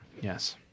Yes